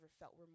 felt